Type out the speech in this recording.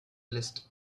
list